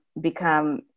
become